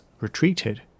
retreated